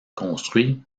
construits